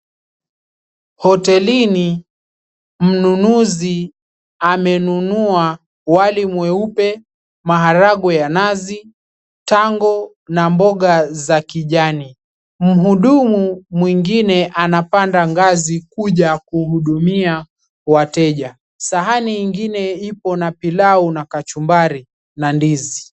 Hotelini mnunuzi amenunua wali mweupe, maharagwe ya nazi, tango na mboga za kijani. Mhudumu mwingine anapanda ngazi kuna kuhudumia wateja sahani ingine ipo na pilau na kachumbari na ndizi.